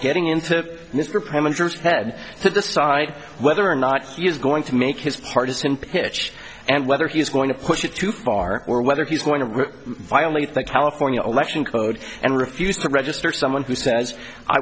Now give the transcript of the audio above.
getting into this had to decide whether or not he is going to make his partisan pitch and whether he is going to push it too far or whether he's going to violate the california election code and refuse to register someone who says i